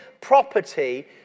property